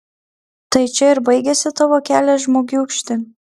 tai čia ir baigiasi tavo kelias žmogiūkšti